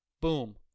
Boom